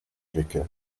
wickeln